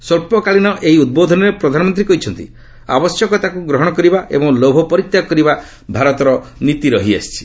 ସ୍ୱଚ୍ଚକାଳୀନ ଏହି ଉଦ୍ବୋଧନରେ ପ୍ରଧାନମନ୍ତ୍ରୀ କହିଛନ୍ତି ଆବଶ୍ୟକତାକୁ ଗ୍ରହଣ କରିବା ଏବଂ ଲୋଭ ପରିତ୍ୟାଗ କରିବା ଭାରତର ନୀତି ରହିଆସିଛି